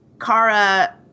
Kara